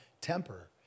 temper